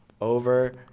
over